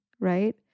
right